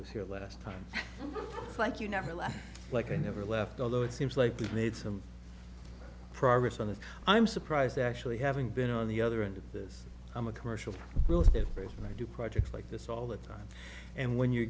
was here last time and i was like you never left like i never left although it seems like you've made some progress on this i'm surprised actually having been on the other end of this i'm a commercial real estate when i do projects like this all the time and when you're